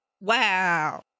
Wow